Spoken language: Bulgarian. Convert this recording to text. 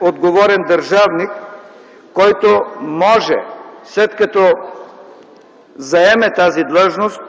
отговорен държавник, който след като заеме тази длъжност